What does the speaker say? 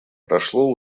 прошло